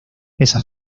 esa